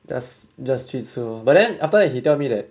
just just 去吃 lor but then after that he tell me that